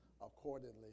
accordingly